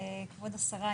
כבוד השרה,